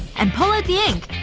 and pull out the ink.